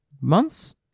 months